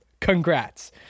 congrats